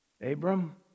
Abram